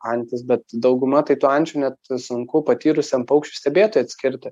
antis bet dauguma tai tų ančių net sunku patyrusiam paukščių stebėtojui atskirti